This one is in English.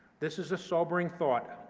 this is a sobering thought.